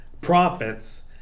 prophets